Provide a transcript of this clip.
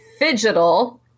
fidgetal